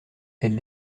elle